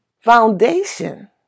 foundation